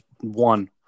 one